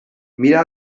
mira